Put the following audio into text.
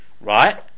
right